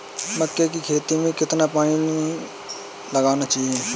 मक्के की खेती में कितना पानी लगाना चाहिए?